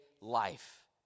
life